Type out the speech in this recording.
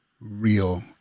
real